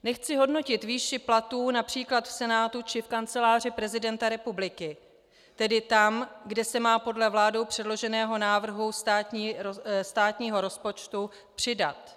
Nechci hodnotit výši platů například v Senátu či v Kanceláři prezidenta republiky, tedy tam, kde se má podle vládou předloženého návrhu státního rozpočtu přidat.